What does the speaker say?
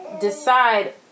decide